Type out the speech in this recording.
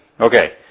Okay